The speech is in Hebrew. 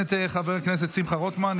את חבר הכנסת שמחה רוטמן,